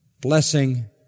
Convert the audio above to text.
blessing